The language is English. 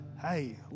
hey